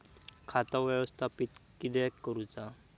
खाता व्यवस्थापित किद्यक करुचा?